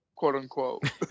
quote-unquote